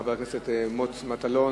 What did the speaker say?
חבר הכנסת מוץ מטלון,